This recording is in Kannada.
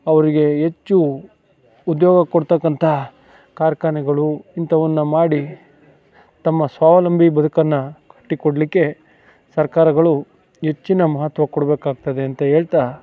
ಅವರಿಗೆ ಹೆಚ್ಚು ಉದ್ಯೋಗ ಕೊಡ್ತಕ್ಕಂಥ ಕಾರ್ಖಾನೆಗಳು ಇಂಥವನ್ನ ಮಾಡಿ ತಮ್ಮ ಸ್ವಾವಲಂಬಿ ಬದುಕನ್ನು ಕಟ್ಟಿಕೊಡಲಿಕ್ಕೆ ಸರ್ಕಾರಗಳು ಹೆಚ್ಚಿನ ಮಹತ್ವ ಕೊಡ್ಬೇಕಾಗ್ತದೆ ಅಂತ ಹೇಳ್ತ